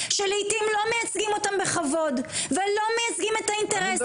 שלעיתים לא מייצגים אותם בכבוד ולא מייצגים את האינטרסים שלהם.